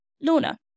Lorna